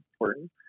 important